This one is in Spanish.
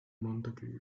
mantequilla